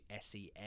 SEM